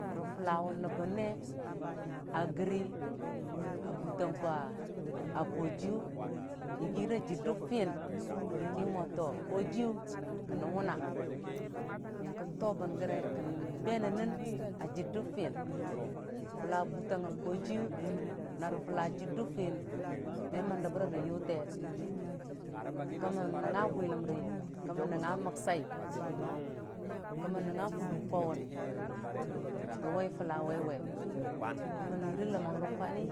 Rə fʊlla wʊ nəmbənne gəria burang ka kojigʊ yigere jɨrdə fiyənki mo kən nən wʊna nyikən tobən gəre kən be nən nɨn a jɨndə fiyin, fulla butang nga kojiyʊ narə fʊtla jɨrdə fiyən me mən dəmre rə yokee kə mən nangnga bwiləmri kə mən nangnga məksai, kə mən nangnga fʊdə kwauwun rə wai fʊlla waiwe kə mən nire ləmang rə kwani.